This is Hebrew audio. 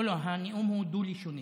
לא, לא, הנאום הוא דו-לשוני,